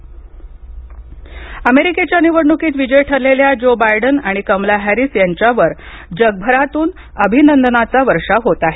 जागतिक नेते अभिनंदन अमेरिकेच्या निवडणुकीत विजयी ठरलेल्या ज्यो बायडन आणि कमला हॅरीस यांच्यावर जगभरातून अभिनंदनाचा वर्षाव होत आहे